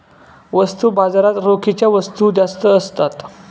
वस्तू बाजारात रोखीच्या वस्तू जास्त असतात